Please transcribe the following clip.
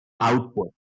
output